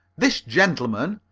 this gentleman,